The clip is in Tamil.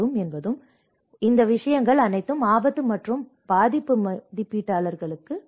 எனவே இந்த விஷயங்கள் அனைத்தும் ஆபத்து மற்றும் பாதிப்பு மதிப்பீட்டிற்குள் வரும்